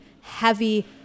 heavy